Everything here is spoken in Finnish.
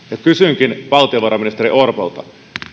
kysynkin valtiovarainministeri orpolta